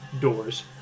doors